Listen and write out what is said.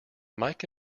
mike